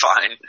fine